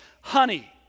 honey